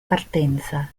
partenza